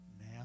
Now